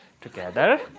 Together